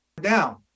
down